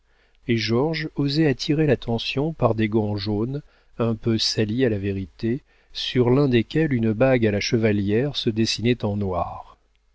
et georges osait attirer l'attention par des gants jaunes un peu salis à la vérité sur l'un desquels une bague à la chevalière se dessinait en noir